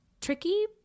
tricky